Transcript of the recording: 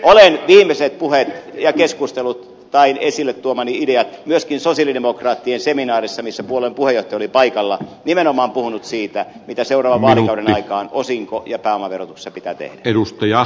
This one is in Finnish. olen viimeiset puheet pitänyt ja keskustelut käynyt tai esille tuomani ideat esittänyt myöskin sosialidemokraattien seminaarissa missä puolueen puheenjohtaja oli paikalla ja nimenomaan puhunut siitä mitä seuraavan vaalikauden aikaan osinko ja pääomaverotuksessa pitää tehdä